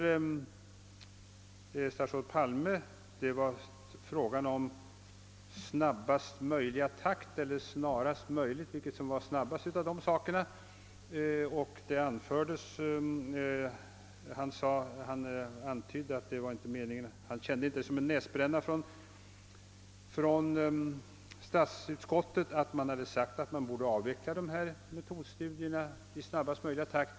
Vidare talade statsrådet Palme om att metodstudierna borde avvecklas i snabbast möjliga takt — eller snarast möjligt, vilket som nu är snabbast av de båda sakerna — och han uppfattade det inte som en näsbränna att statsutskottet skrivit att metodstudierna borde avvecklas i snabbast möjliga takt.